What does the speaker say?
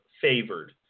favored